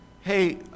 hey